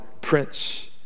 Prince